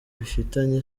bifitanye